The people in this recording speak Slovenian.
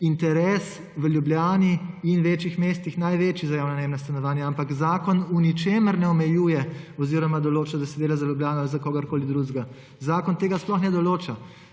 interes v Ljubljani in večjih mestih največji za javna najemna stanovanja, ampak zakon v ničemer ne omejuje oziroma določa, da se dela za Ljubljano ali za kogarkoli drugega. Zakon tega sploh ne določa.